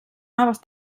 noves